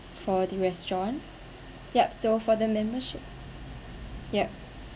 for the restaurant yup so for the membership yup